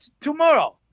tomorrow